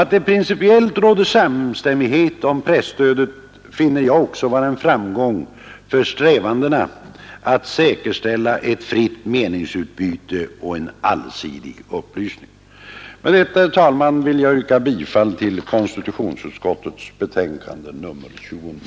Att det principiellt råder samstämmighet om presstödet finner jag vara en framgång för strävandena att säkerställa ett fritt meningsutbyte och en allsidig upplysning. Med detta yrkar jag, herr talman, bifall till konstitutionsutskottets hemställan.